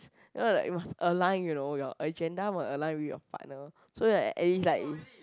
you know like you must align you know your agenda must align with your partner so that and it's like